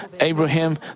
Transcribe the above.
Abraham